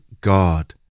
God